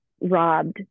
robbed